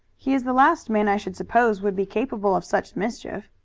he is the last man i should suppose would be capable of such mischief.